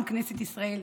גם כנסת ישראל,